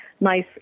nice